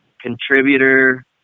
contributor